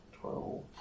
Twelve